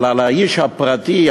אבל האיש הפרטי,